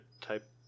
type